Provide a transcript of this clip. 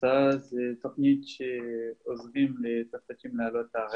אהלן, זכות לדבר במעמד זה,